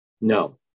no